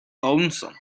lonesome